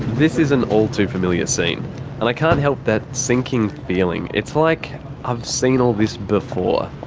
this is an all too familiar scene and i can't help that sinking feeling it's like i've seen all this before.